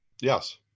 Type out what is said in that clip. Yes